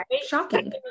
shocking